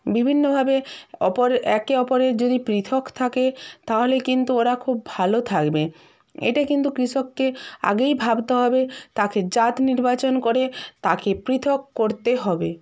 বিভিন্নভাবে অপর একে অপরের যদি পৃথক থাকে তাহলে কিন্তু ওরা খুব ভালো থাকবে এটা কিন্তু কৃষককে আগেই ভাবতে হবে তাকে জাত নির্বাচন করে তাকে পৃথক করতে হবে